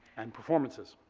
and performances.